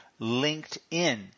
LinkedIn